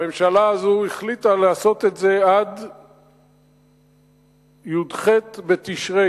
הממשלה הזו החליטה לעשות את זה עד י"ח בתשרי,